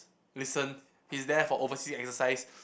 listen he's there for oversea exercise